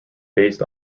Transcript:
based